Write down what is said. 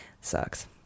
Sucks